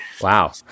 Wow